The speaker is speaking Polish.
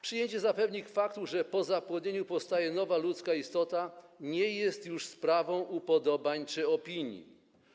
Przyjęcie za pewnik faktu, że po zapłodnieniu powstaje nowa ludzka istota, nie jest już sprawą upodobań czy opinii.